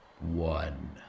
one